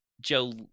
Joe